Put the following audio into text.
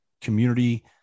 community